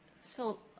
so,